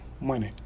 money